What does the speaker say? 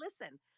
listen